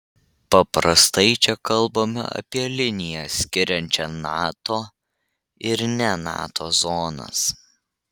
paprastai čia kalbama apie liniją skiriančią nato ir ne nato zonas